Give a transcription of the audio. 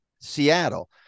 Seattle